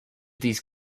these